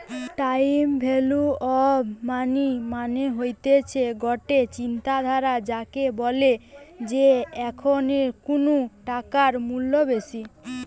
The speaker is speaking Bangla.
টাইম ভ্যালু অফ মানি মানে হতিছে গটে চিন্তাধারা যাকে বলে যে এখন কুনু টাকার মূল্য বেশি